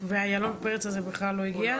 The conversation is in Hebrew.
איילון פרץ הזה בכלל לא הגיע?